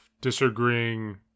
disagreeing